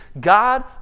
God